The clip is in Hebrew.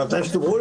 מתי שתאמרו לי.